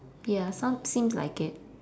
ya soun~ seems like it